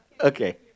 Okay